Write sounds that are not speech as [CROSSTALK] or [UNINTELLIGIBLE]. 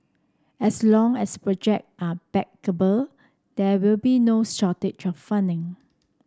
as long as project are bankable there will be no shortage [UNINTELLIGIBLE] funding